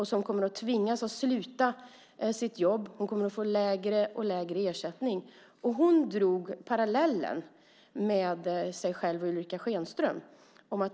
Hon kommer att få sluta sitt jobb och få lägre och lägre ersättning. Hon drog parallellen mellan sig själv och Ulrica Schenström.